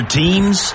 teams